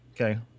okay